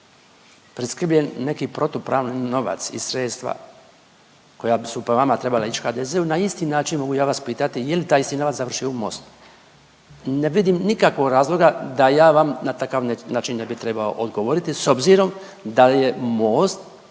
priskrbljen neki protupravni novac i sredstva koja su po vama trebala ić HDZ-u na isti način mogu ja vas pitati je li taj silni novac završio u Mostu. Ne vidim nikakvog razloga da ja vama na takav način ne bi trebao odgovoriti s obzirom da je Most